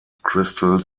crystal